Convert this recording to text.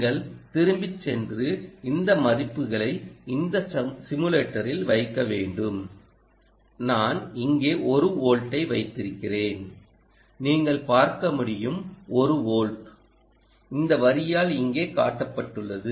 நீங்கள் திரும்பிச் சென்று இந்த மதிப்புகளை இந்த சிமுலேட்டரில் வைக்க வேண்டும் நான் இங்கே 1 வோல்டை வைத்திருக்கிறேன் நீங்கள் பார்க்க முடியும் 1 வோல்ட் இந்த வரியால் இங்கே காட்டப்பட்டுள்ளது